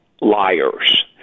liars